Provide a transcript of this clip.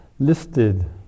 listed